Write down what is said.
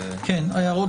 ההערות